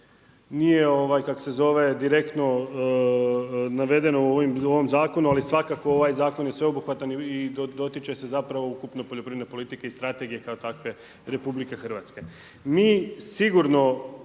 možda nije direktno navedeno u ovom zakonu, ali svakako ovaj zakon je sveobuhvatan i dotiče se zapravo ukupne poljoprivredne politike i strategije kao takve RH. Mi sigurno